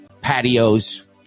patios